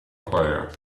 player